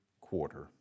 quarter